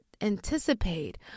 anticipate